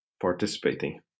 participating